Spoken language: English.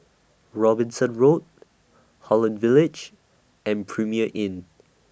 Robinson Road Holland Village and Premier Inn